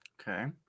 Okay